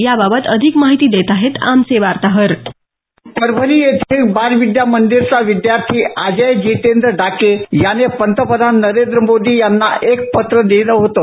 याबाबत अधिक माहिती देत आहेत आमचे वार्ताहर परभणी येथील बालविद्या मंदिरचा विद्यार्थी अजय जितेंद्र डाके याने पंतपधान नरेंद्र मोदी यांना एक पत्र लिहिलं होतं